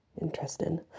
Interesting